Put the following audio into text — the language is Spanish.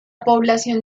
población